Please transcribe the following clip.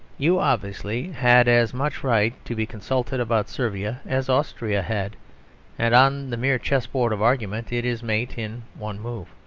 you, obviously, had as much right to be consulted about servia as austria had and on the mere chess-board of argument it is mate in one move.